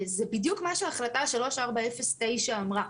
זה בדיוק מה שהחלטה 3409 אמרה.